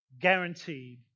guaranteed